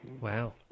Wow